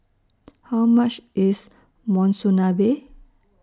How much IS Monsunabe